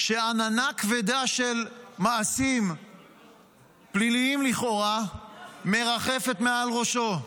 שעננה כבדה של מעשים פליליים לכאורה מרחפת מעל ראשו,